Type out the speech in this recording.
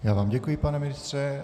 Já vám děkuji, pane ministře.